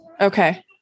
Okay